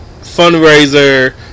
Fundraiser